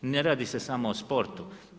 Ne radi se samo o sportu.